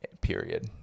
period